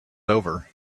over